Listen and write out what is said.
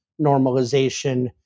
normalization